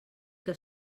que